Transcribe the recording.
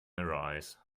arise